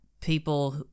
people